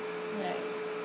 right